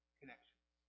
connections